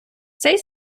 цей